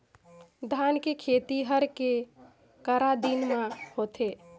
धान के खेती हर के करा दिन म होथे?